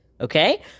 okay